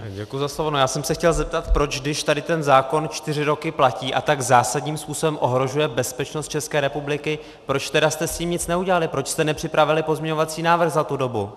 No, já jsem se chtěl zeptat, proč když tady ten zákon čtyři roky platí a tak zásadním způsobem ohrožuje bezpečnost České republiky, proč tedy jste s ním něco neudělali, proč jste nepřipravili pozměňovací návrh za tu dobu?